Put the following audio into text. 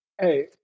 hey